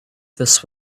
this